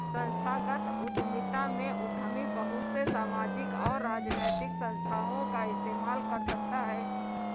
संस्थागत उद्यमिता में उद्यमी बहुत से सामाजिक और राजनैतिक संस्थाओं का इस्तेमाल कर सकता है